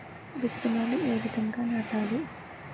విత్తనాలు ఏ విధంగా నాటాలి?